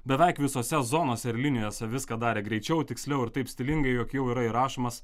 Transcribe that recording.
beveik visose zonose ir linijose viską darė greičiau tiksliau ir taip stilingai jog jau yra įrašomas